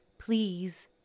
please